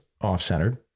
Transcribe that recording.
off-centered